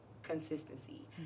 consistency